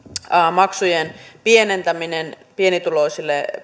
maksujen pienentäminen pienituloisille